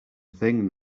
thing